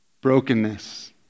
brokenness